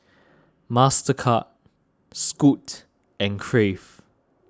Mastercard Scoot and Crave